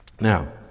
Now